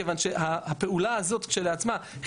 כיוון שהפעולה הזאת כשלעצמה,